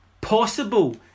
possible